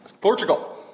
Portugal